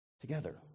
Together